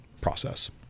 process